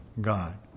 God